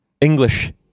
English